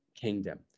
kingdom